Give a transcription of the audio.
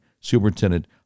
superintendent